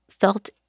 felt